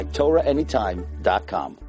torahanytime.com